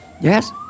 Yes